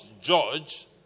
judge